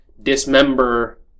dismember